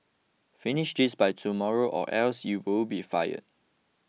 finish this by tomorrow or else you will be fired